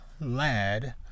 Lad